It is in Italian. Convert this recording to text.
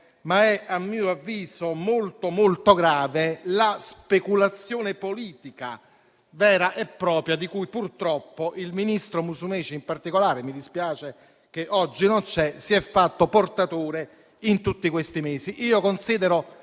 ma è a mio avviso molto grave la speculazione politica vera e propria di cui il ministro Musumeci in particolare, che mi dispiace oggi non ci sia, si è fatto portatore in tutti questi mesi. Io considero